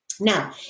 Now